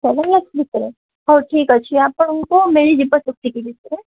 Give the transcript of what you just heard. ଲାକ୍ଷ ଭିତରେ ହଉ ଠିକ୍ ଅଛି ଆପଣଙ୍କୁ ମିଳିଯିବ ସେତିକି ଭିତରେ